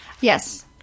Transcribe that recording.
Yes